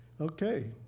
Okay